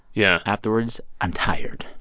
yeah afterwards, i'm tired.